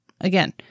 Again